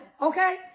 Okay